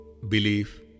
belief